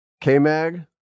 K-Mag